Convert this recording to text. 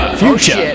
future